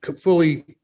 fully